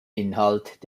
inhalt